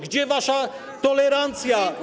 Gdzie wasza tolerancja?